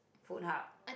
food hub